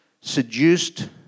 seduced